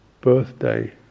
birthday